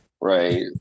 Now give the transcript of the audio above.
right